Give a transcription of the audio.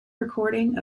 recording